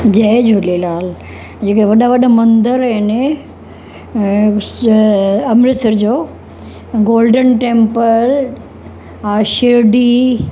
जय झूलेलाल जेका वॾा वॾा मंदर आहिनि अमृतसर जो अ गोल्डन टेंपल आ शिरडी